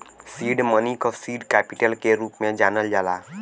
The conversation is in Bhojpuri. सीड मनी क सीड कैपिटल के रूप में जानल जाला